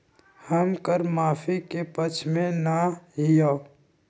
हम कर माफी के पक्ष में ना ही याउ